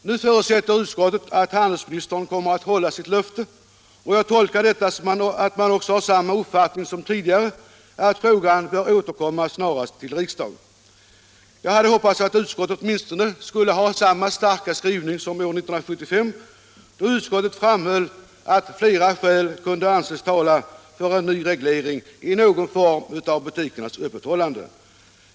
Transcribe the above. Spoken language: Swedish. Nu förutsätter utskottet att handelsministern kommer att hålla sitt löfte, och jag tolkar detta som att man också har samma uppfattning som tidigare — att frågan bör återkomma snarast till riksdagen. Jag hade hoppats att utskottet åtminstone skulle ha samma starka skrivning som år 1975, då utskottet framhöll att flera skäl kunde anses tala för en ny reglering i någon form av butikernas öppethållande.